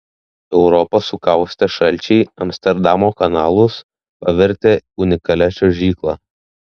europą sukaustę šalčiai amsterdamo kanalus pavertė unikalia čiuožykla